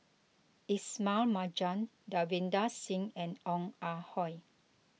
Ismail Marjan Davinder Singh and Ong Ah Hoi